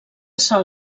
sol